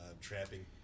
trapping